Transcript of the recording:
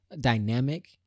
dynamic